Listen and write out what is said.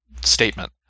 statement